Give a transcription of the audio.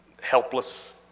helpless